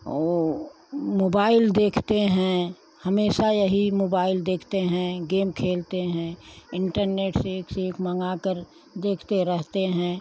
और मोबाइल देखते हैं हमेशा यही मोबाइल देखते हैं गेम खेलते हैं इन्टरनेट से से मंगा कर देखते रहते हैं